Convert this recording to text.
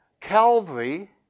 Calvary